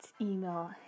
email